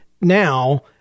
now